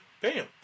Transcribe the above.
bam